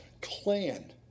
clan